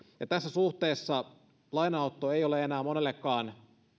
ja tässä suhteessa lainanotto ei ole enää monellekaan